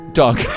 dog